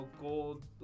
gold